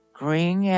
green